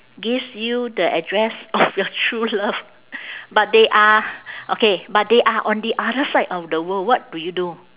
gives you the address of your true love but they are okay but they are on the other side of the world what do you do